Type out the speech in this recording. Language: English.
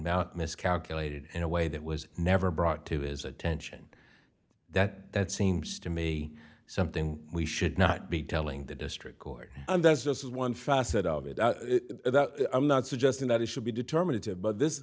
mouth miscalculated in a way that was never brought to his attention that that seems to me something we should not be telling the district court and that's just one facet of it i'm not suggesting that it should be determinative but this